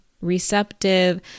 receptive